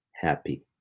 happy